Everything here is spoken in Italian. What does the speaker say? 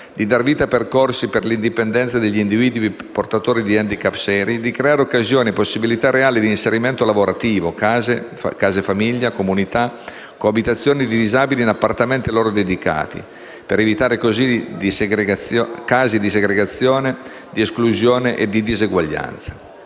di dar vita a percorsi per l'indipendenza degli individui portatori di *handicap* seri, di creare occasioni e possibilità reali di inserimento lavorativo, case famiglia, comunità, coabitazioni di disabili in appartamenti a loro dedicati, per evitare casi di segregazione, di esclusione e di diseguaglianza.